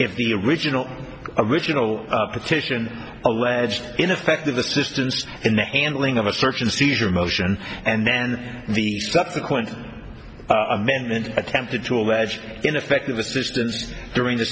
if the original original petition alleged ineffective assistance in the handling of a search and seizure motion and then the subsequent amendment attempted to allege ineffective assistance during the